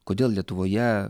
kodėl lietuvoje